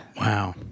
Wow